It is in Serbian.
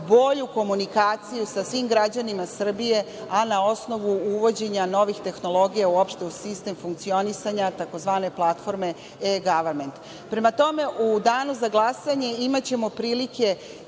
bolju komunikaciju sa svim građanima Srbije, a na osnovu uvođenja novih tehnologija, uopšte, u sistem funkcionisanja tzv. platforme E-gavament. Prema tome, u Danu za glasanje imaćemo prilike